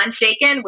unshaken